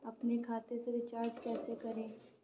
अपने खाते से रिचार्ज कैसे करें?